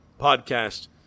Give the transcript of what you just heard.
Podcast